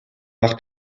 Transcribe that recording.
nach